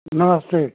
नमस्ते